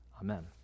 Amen